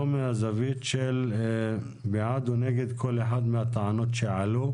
לא מהזווית של בעד או נגד כל אחת מהטענות שעלו.